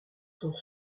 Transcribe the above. sont